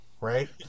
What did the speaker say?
right